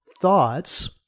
thoughts